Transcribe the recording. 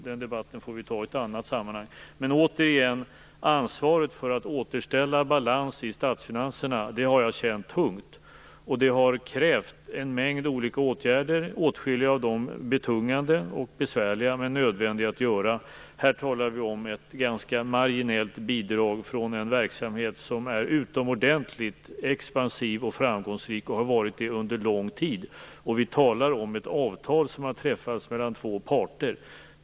Den debatten får vi ta i ett annat sammanhang. Återigen vill jag säga att jag har känt ett tungt ansvar för att återställa balansen i statsfinanserna. Det har krävt en mängd olika åtgärder - åtskilliga av dem betungande och besvärliga, men nödvändiga att göra. Här talar vi om ett ganska marginellt bidrag från en verksamhet som är utomordentligt expansiv och framgångsrik och har varit det under lång tid. Vi talar om ett avtal som har träffats mellan två parter.